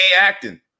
acting